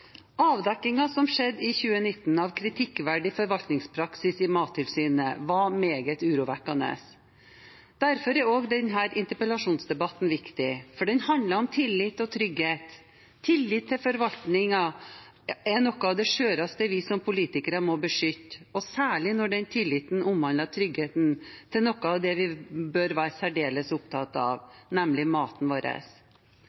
Avdekkingen som skjedde i 2019 av kritikkverdig forvaltningspraksis i Mattilsynet, var meget urovekkende. Derfor er denne interpellasjonsdebatten viktig. For den handler om tillit og trygghet. Tillit til forvaltningen er noe av det skjøreste vi som politikere må beskytte, og særlig når den tilliten omhandler tryggheten til noe av det vi bør være særdeles opptatt av